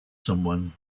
someone